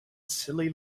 silly